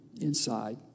inside